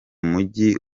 mujyi